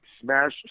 Smash